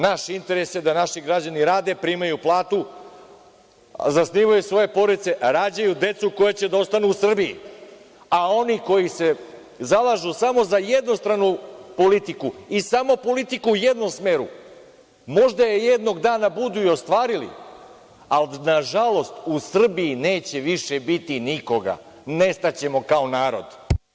Naš interes je da naši građani rade, primaju platu, zasnivaju svoje porodice, rađaju decu koja će da ostanu u Srbiji, a oni koji se zalažu samo za jednostranu politiku i samo politiku u jednom smeru možda je jednog dana budu i ostvarili, ali nažalost u Srbiji neće više biti nikoga, nestaćemo kao narod.